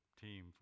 team